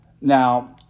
Now